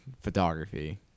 photography